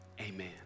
amen